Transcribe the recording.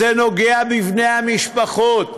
זה נוגע בבני המשפחות,